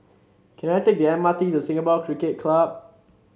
can I take the M R T to Singapore Cricket Club